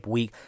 Week